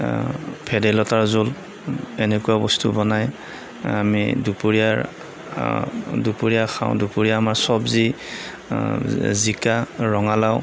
ভেদাইলতাৰ জোল এনেকুৱা বস্তু বনায় আমি দুপৰীয়াৰ দুপৰীয়া খাওঁ দুপৰীয়া আমাৰ চব্জী জিকা ৰঙালাও